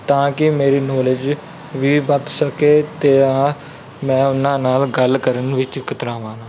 ਤਾਂ ਕਿ ਮੇਰੀ ਨੌਲੇਜ ਵੀ ਵੱਧ ਸਕੇ ਅਤੇ ਆ ਮੈਂ ਉਹਨਾਂ ਨਾਲ ਗੱਲ ਕਰਨ ਵਿੱਚ ਕਤਰਾਵਾਂ ਨਾ